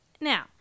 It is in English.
Now